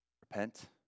repent